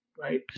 right